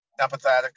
empathetic